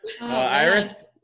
Iris